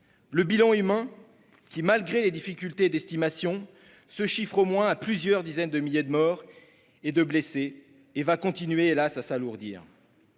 Le bilan humain, qui, malgré les difficultés d'estimation, se chiffre au moins à plusieurs dizaines de milliers de morts et de blessés, continuera hélas ! de s'alourdir.